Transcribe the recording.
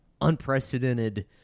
unprecedented